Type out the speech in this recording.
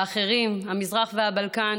המזרח והבלקן.